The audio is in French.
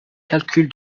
calcul